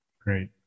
Great